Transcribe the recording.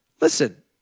Listen